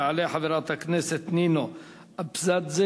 תעלה חברת הכנסת נינו אבסדזה,